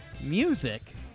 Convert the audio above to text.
music